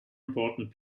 important